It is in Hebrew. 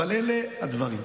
אבל אלה הדברים.